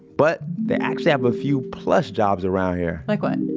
but they actually have a few plush jobs around here like what?